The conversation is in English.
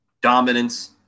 dominance